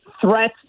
threat